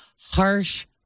harsh